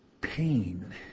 pain